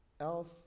else